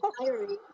diary